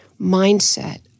mindset